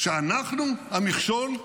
שאנחנו המכשול,